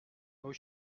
aux